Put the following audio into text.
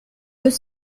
deux